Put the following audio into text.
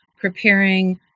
preparing